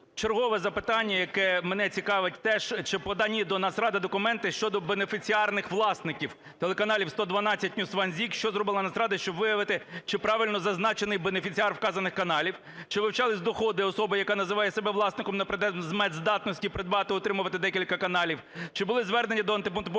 Чергове запитання, яке мене цікавить теж, чи подані до Нацради документи щодо бенефіціарних власників телеканалів "112", NewsOne, ZIK? Що зробила Нацрада, щоб виявити, чи правильно зазначений бенефіціар вказаних каналів? Чи вивчались доходи особи, яка називає себе власником, на предмет здатності придбати, утримувати декілька каналів? Чи були звернення до Антимонопольного